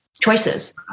choices